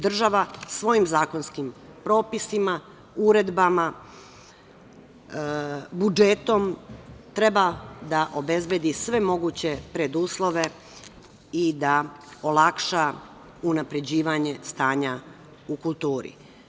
Država svojim zakonskim propisima, uredbama, budžetom treba da obezbedi sve moguće preduslove i da olakša unapređivanje stanja u kulturi.